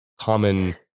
common